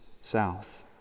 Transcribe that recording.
South